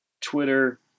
Twitter